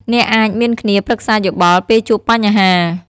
អ្នកអាច មានគ្នាប្រឹក្សាយោបល់ ពេលជួបបញ្ហា។